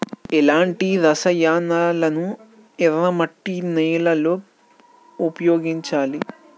ఎలాంటి రసాయనాలను ఎర్ర మట్టి నేల లో ఉపయోగించాలి?